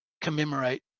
commemorate